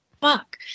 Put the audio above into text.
Fuck